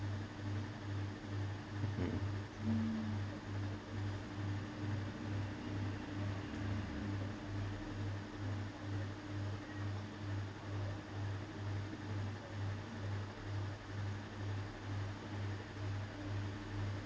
mm